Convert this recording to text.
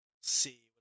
See